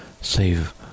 save